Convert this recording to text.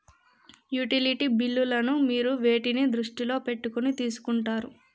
Utility బిల్లులను మీరు వేటిని దృష్టిలో పెట్టుకొని తీసుకుంటారు?